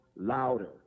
louder